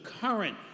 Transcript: current